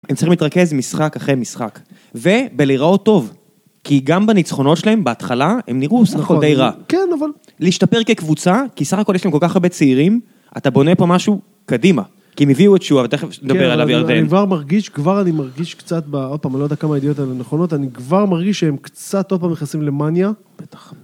הם צריכים להתרכז משחק אחרי משחק ובלראות טוב כי גם בניצחונות שלהם בהתחלה הם נראו סך הכל די רע. כן, אבל... להשתפר כקבוצה כי סך הכל יש להם כל כך הרבה צעירים, אתה בונה פה משהו, קדימה. כי הם הביאו את שואה ותכף נדבר עליו ירדן. כן, אני כבר מרגיש, כבר אני מרגיש קצת בעוד פעם, אני לא יודע כמה הידיעות האלה נכונות, אני כבר מרגיש שהם קצת עוד פעם נכנסים למניה, בטח.